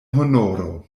honoro